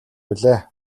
билээ